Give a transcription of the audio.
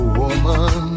woman